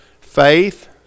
faith